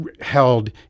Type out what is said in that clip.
held